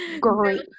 Great